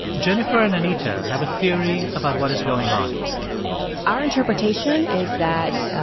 jennifer and anita have a theory about what is going on our interpretation is that,